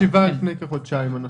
הייתה לנו ישיבה לפני כחודשיים בנושא.